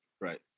right